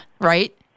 right